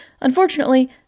Unfortunately